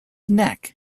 neck